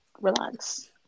Relax